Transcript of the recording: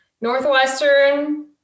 Northwestern